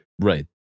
right